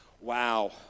wow